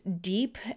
deep